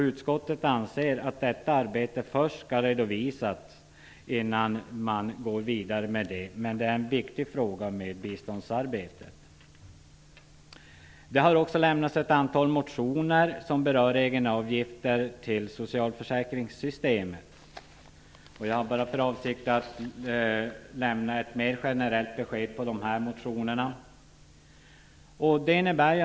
Utskottet anser att detta arbete först skall redovisas innan man går vidare. Men pensionsrätten vid biståndsarbete är en viktig fråga. Det har också väckts ett antal motioner som berör egenavgifter till socialförsäkringssystemet. Jag har för avsikt att lämna ett mer generellt besked angående dessa motioner.